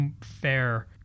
fair